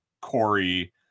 Corey